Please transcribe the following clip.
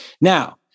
Now